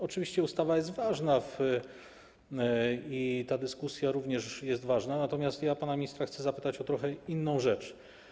Oczywiście ustawa jest ważna i ta dyskusja również jest ważna, natomiast ja pana ministra chcę zapytać o trochę inną rzecz.